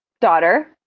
daughter